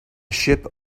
ship